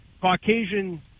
Caucasian